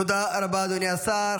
תודה רבה, אדוני השר.